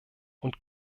und